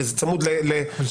הרי זה צמוד לקרן.